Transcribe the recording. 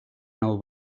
nou